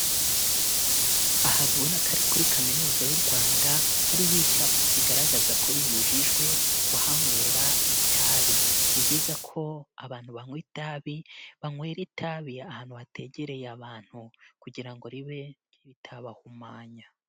Ahantu ubona ko ari kuri kaminuza y'u Rwanda hariho icyapa kigaragaza ko bibujijwe kuhanywera itabi, ni byiza ko abantu banywa itabi banywera itabi ahantu hategereye abantu kugira ngo ribe ritabahumanya.